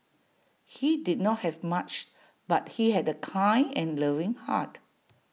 he did not have much but he had A kind and loving heart